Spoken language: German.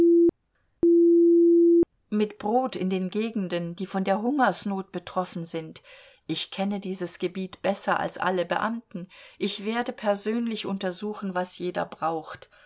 mit brot in den gegenden die von der hungersnot betroffen sind ich kenne dieses gebiet besser als alle beamten ich werde persönlich untersuchen was jeder braucht